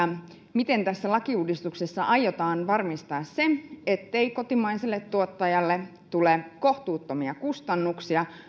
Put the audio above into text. miten tässä lakiuudistuksessa aiotaan varmistaa se ettei kotimaiselle tuottajalle tule kohtuuttomia kustannuksia